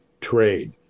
trade